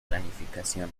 planificación